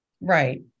right